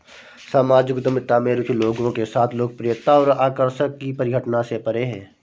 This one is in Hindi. सामाजिक उद्यमिता में रुचि लोगों के साथ लोकप्रियता और आकर्षण की परिघटना से परे है